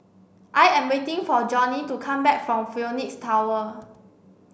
I am waiting for Jonnie to come back from Phoenix Tower